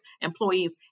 employees